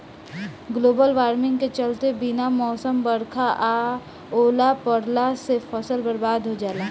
global warming के चलते बिना मौसम बरखा आ ओला पड़ला से फसल बरबाद हो जाला